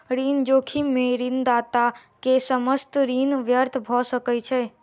ऋण जोखिम में ऋणदाता के समस्त ऋण व्यर्थ भ सकै छै